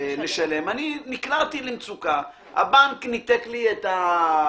לשלם, אני נקלעתי למצוקה, הבנק ניתק לי את הזה,